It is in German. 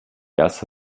erste